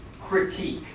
critique